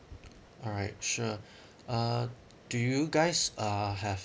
alright sure uh do you guys uh have